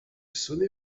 sonné